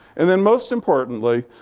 and then, most importantly,